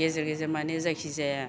गेजेर गेजेर माने जायखिजाया